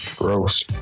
Gross